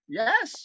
yes